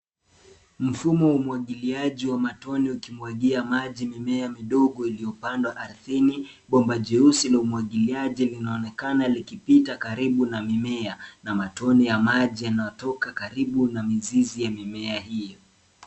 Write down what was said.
Mfumo wa umwagiliaji wa matone ukimwagia maji mimea midogo iliyo pandwa ardhini, bomba jeusi la umwagiliaji linaonekana likipita karibu na mimea na matone ya maji yanatoka karibu na mizizi ya mimea hiyo.